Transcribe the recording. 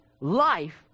life